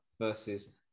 versus